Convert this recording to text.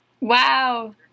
Wow